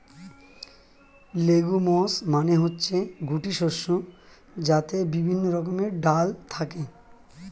legumes মানে হচ্ছে গুটি শস্য যাতে বিভিন্ন রকমের ডাল থাকে